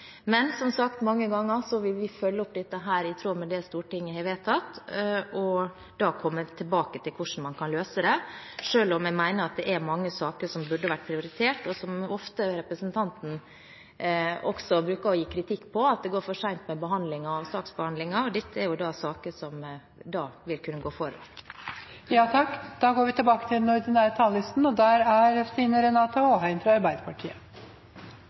Men som sagt mange ganger: Vi vil følge opp dette i tråd med det Stortinget har vedtatt, og da kommer vi tilbake til hvordan man kan løse dette. Selv om jeg mener at det er mange saker som burde vært prioritert – og representanten bruker også ofte å gi kritikk for at det går for sent med saksbehandlingen – er dette da saker som vil kunne gå foran. Replikkordskiftet er omme. De talere som heretter får ordet, har en taletid på inntil 3 minutter. Jeg har lyst til å si at det er